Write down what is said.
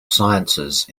sciences